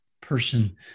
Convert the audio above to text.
person